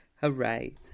Hooray